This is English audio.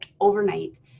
overnight